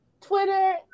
Twitter